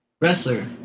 Wrestler